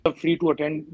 free-to-attend